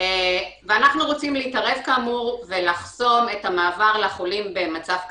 אנחנו רוצים להתערב כאמור ולחסום את המעבר לחולים במצב קשה.